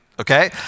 okay